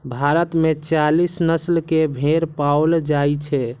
भारत मे चालीस नस्ल के भेड़ पाओल जाइ छै